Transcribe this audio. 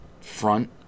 front